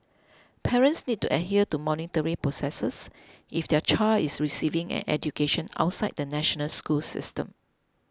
parents need to adhere to monitoring processes if their child is receiving an education outside the national school system